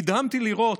נדהמתי לראות,